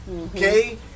okay